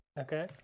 Okay